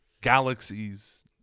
Galaxies